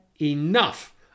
enough